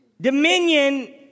Dominion